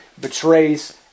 betrays